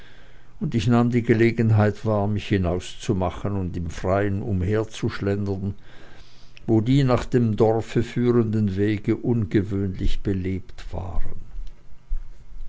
und ich nahm die gelegenheit wahr mich hinauszumachen und im freien umherzuschlendern wo die nach dem dorfe führenden wege ungewöhnlich belebt waren